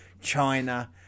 China